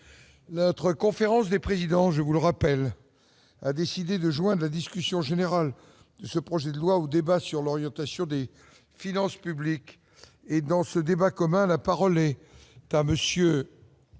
la 3 conférences des présidents, je vous le rappelle, a décidé de joindre la discussion générale, ce projet de loi au débat sur l'orientation des finances publiques et dans ce débat comment la parole est à monsieur